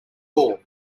ball